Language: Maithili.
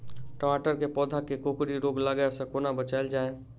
टमाटर केँ पौधा केँ कोकरी रोग लागै सऽ कोना बचाएल जाएँ?